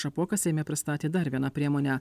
šapoka seime pristatė dar vieną priemonę